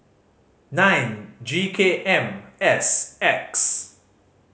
nine G K M S X